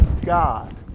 god